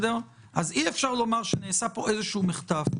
אז אי אפשר לומר שנעשה פה איזשהו מחטף.